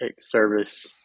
service